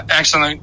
Excellent